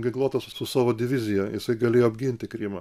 ginkluotas su savo divizija jisai galėjo apginti krymą